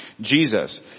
Jesus